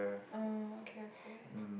ah okay okay